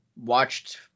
watched